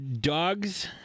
dogs